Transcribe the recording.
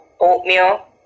oatmeal